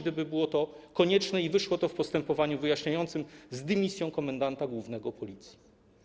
gdyby było to konieczne, i wyszło to w postępowaniu wyjaśniającym w sprawie dymisji komendanta głównego Policji.